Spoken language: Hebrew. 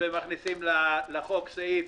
מכניסים לחוק סעיף